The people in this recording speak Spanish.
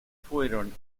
fueron